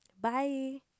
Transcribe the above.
Bye